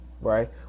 right